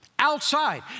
Outside